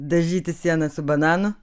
dažyti sienas su bananu